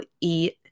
eat